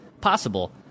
possible